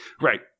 Right